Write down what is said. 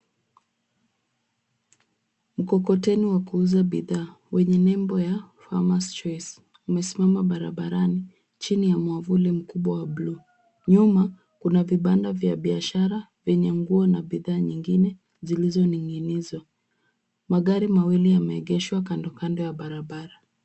Mkokoteni wa kuuza bidhaa wenye nembo ya Farmers Choice. Umesimama barabarani chini ya mwavuli mkubwa wa buluu. Nyuma kuna vibanda vya biashara vyenye nguo na bidhaa nyingine zilizoning'inizwa. Magari mawili yameegeshwa kando kando ya barabara.